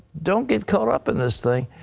don't get caught up in this thing.